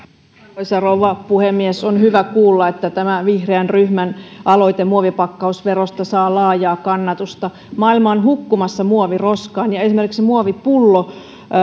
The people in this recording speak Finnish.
arvoisa rouva puhemies on hyvä kuulla että tämä vihreän ryhmän aloite muovipakkausverosta saa laajaa kannatusta maailma on hukkumassa muoviroskaan ja esimerkiksi muovipullo